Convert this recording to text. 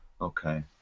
Okay